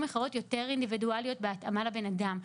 אחרות יותר אינדיבידואליות בהתאמה לבן-אדם?